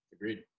Agreed